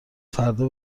فردا